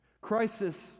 Crisis